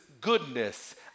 goodness